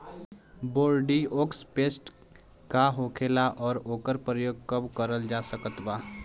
Bordeaux paste का होखेला और ओकर प्रयोग कब करल जा सकत बा?